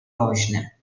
woźny